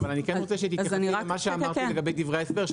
אבל אני כן רוצה שתתייחסו למה שאמרתי לגבי דברי ההסבר,